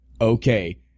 Okay